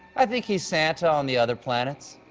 i think he's santa on the other planets.